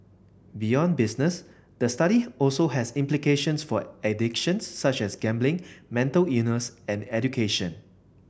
beyond business the study also has implications for addictions such as gambling mental illness and education